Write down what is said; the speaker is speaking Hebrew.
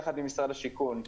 יחד עם משרד השיכון,